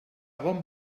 bon